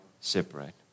separate